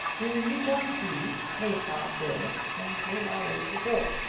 we rejoined eve, paid our bill, and made our way to the door.